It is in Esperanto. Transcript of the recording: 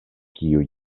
kiuj